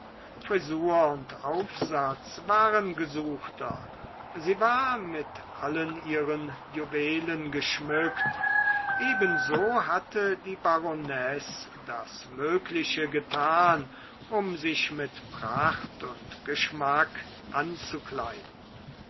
frisur und aufsatz waren gesuchter sie war mit allen ihren juwelen geschmückt ebenso hatte die baronesse das mögliche getan um sich mit pracht und geschmack anzukleiden